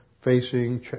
facing